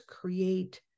create